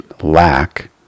lack